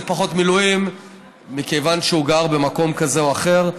פחות מילואים מכיוון שהוא גר במקום כזה או אחר.